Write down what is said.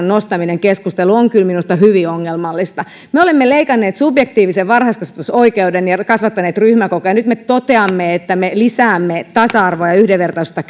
nostaminen keskusteluun on kyllä minusta hyvin ongelmallista me olemme leikanneet subjektiivisen varhaiskasvatusoikeuden ja kasvattaneet ryhmäkokoja ja nyt me toteamme että me lisäämme tasa arvoa ja yhdenvertaisuutta